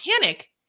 panic